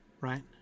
right